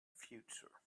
future